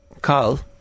Carl